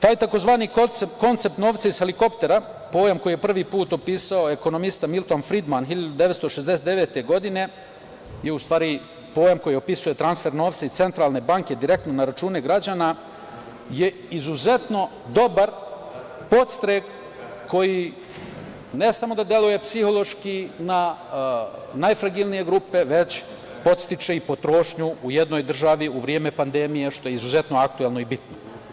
Taj tzv. koncept „novca iz helikoptera“, pojam koji je prvi put opisao ekonomista Milton Fridman 1969. godine, u stvari pojam koji opisuje transfer novca iz centralne banke direktno na račune građana, je izuzetno dobar podstrek koji ne samo da deluje psihološki na najfragilnije grupe, već podstiče i potrošnju u jednoj državi u vreme pandemije, što je izuzetno aktuelno i bitno.